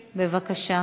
יש לי הודעה.